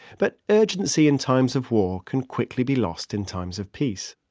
but urgency in times of war can quickly be lost in times of peace.